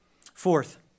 Fourth